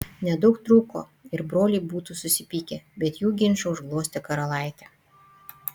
nedaug trūko ir broliai būtų susipykę bet jų ginčą užglostė karalaitė